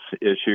issue